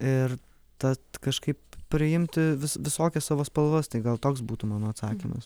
ir tad kažkaip priimti vis visokias savo spalvas tai gal toks būtų mano atsakymas